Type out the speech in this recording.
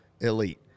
elite